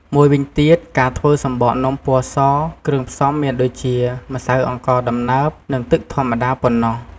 មួយវិញទៀត ការធ្វើសំបកនំពណ៌ស គ្រឿងផ្សំមានដូចជា ម្សៅអង្ករដំណើប និងទឹកធម្មតា ប៉ុណ្ណោះ។